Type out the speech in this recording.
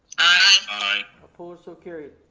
aye. opposed? so carried.